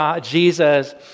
Jesus